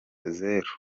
zero